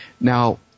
Now